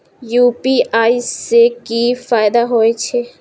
UPI से की फायदा हो छे?